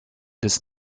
des